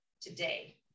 today